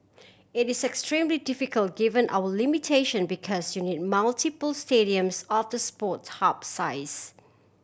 it is extremely difficult given our limitation because you need multiple stadiums of the Sports Hub size